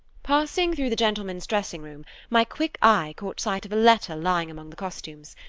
passing throught the gentlemen's dressing room, my quick eye caught sight of a letter lying among the costumes.